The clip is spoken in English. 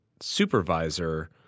supervisor